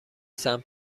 سنت